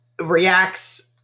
reacts